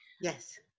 Yes